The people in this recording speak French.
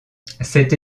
cette